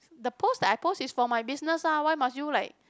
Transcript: the post that I post is for my business lah why must you like